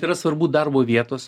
yra svarbu darbo vietos